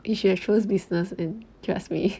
you should choose business in trust me